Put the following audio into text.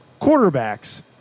quarterbacks